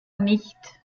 nicht